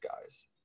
guys